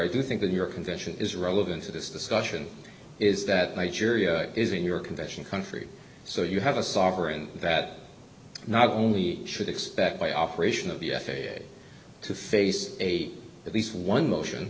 i do think that your convention is relevant to this discussion is that nigeria is in your convention country so you have a sovereign that not only should expect by operation of the f a a to face eight at least one motion